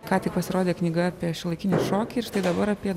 ką tik pasirodė knyga apie šiuolaikinį šokį ir štai dabar apie